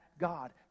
God